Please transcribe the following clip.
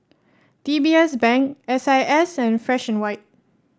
D B S Bank S I S and Fresh And White